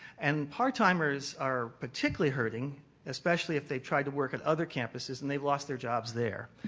and part timers are particularly hurting especially if they try to work at other campuses and they've lost their jobs their.